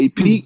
AP